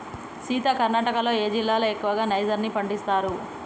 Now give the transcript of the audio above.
సీత కర్ణాటకలో ఏ జిల్లాలో ఎక్కువగా నైజర్ ని పండిస్తారు